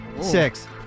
Six